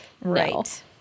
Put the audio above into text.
Right